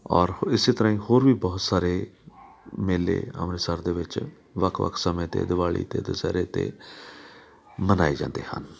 ਔਰ ਇਸ ਤਰ੍ਹਾਂ ਹੀ ਹੋਰ ਵੀ ਬਹੁਤ ਸਾਰੇ ਮੇਲੇ ਅੰਮ੍ਰਿਤਸਰ ਦੇ ਵਿੱਚ ਵੱਖ ਵੱਖ ਸਮੇਂ 'ਤੇ ਦਿਵਾਲੀ 'ਤੇ ਦੁਸਹਿਰੇ 'ਤੇ ਮਨਾਏ ਜਾਂਦੇ ਹਨ